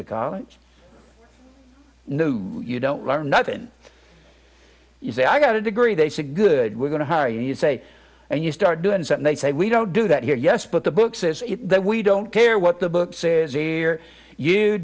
to college new you don't learn nothing you say i got a degree they said we're going to hire you you say and you start doing some they say we don't do that here yes but the book says that we don't care what the book says here you